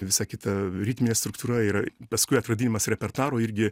visa kita ritminė struktūra yra paskui atradimas repertuaro irgi